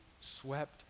swept